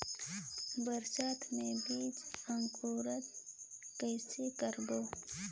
बरसात मे बीजा अंकुरण कइसे करबो?